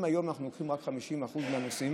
אם היום אנחנו לוקחים 50% מהנוסעים,